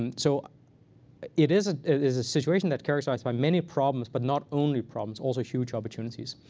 and so it is it is a situation that's characterized by many problems, but not only problems also huge opportunities.